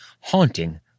Haunting